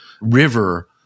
river